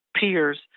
peers